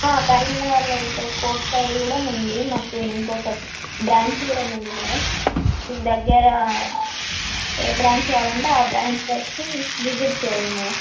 కరీంనగర్లో ఇక్కడ court side కూడా ఉంది మాకు ఇంకొక బ్రాంచ్ కూడా ఉంది మేడం మీ దగ్గర ఏ బ్రాంచ్ కావాలంటే ఆ బ్రాంచ్కి వచ్చి విసిట్ చెయ్యండి మేడం